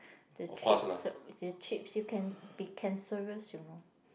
the trips the trips you can be cancerous you know